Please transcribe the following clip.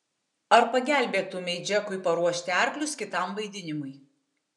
ar pagelbėtumei džekui paruošti arklius kitam vaidinimui